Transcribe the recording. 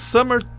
Summer